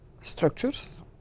structures